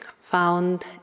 found